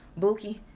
Buki